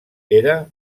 era